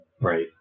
right